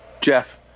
Jeff